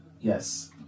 Yes